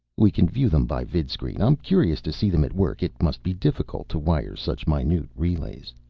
we can view them by vidscreen. i'm curious to see them at work. it must be difficult to wire such minute relays.